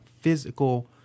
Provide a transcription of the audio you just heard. physical